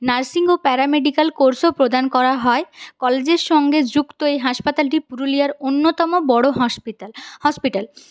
nursing ও paramedical কোর্সও প্রদান করা হয় কলেজের সঙ্গে যুক্ত এই হাসপাতালটি পুরুলিয়ার অন্যতম বড়ো হাসপিতাল হসপিটাল